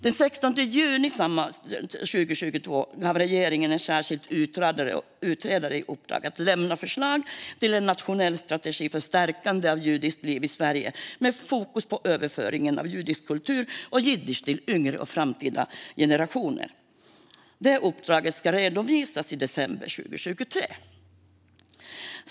Den 16 juni 2022 gav regeringen en särskild utredare i uppdrag att lämna förslag till en nationell strategi för stärkande av judiskt liv i Sverige med fokus på överföringen av judisk kultur och jiddisch till yngre och framtida generationer. Uppdraget ska redovisas i december 2023.